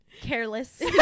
careless